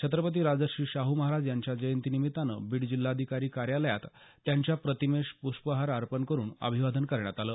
छत्रपती राजर्षी शाहू महाराज यांच्या जयंतीनिमित्त बिड जिल्हाधिकारी कार्यालयात त्यांच्या प्रतिमेस पृष्पहार अर्पण करून अभिवादन करण्यात आलं